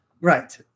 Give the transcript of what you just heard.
Right